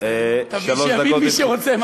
אז שיבין מי שרוצה מה שיבין.